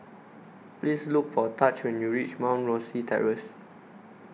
Please Look For Taj when YOU REACH Mount Rosie Terrace